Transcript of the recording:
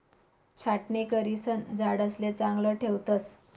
छाटणी करिसन झाडेसले चांगलं ठेवतस